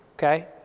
Okay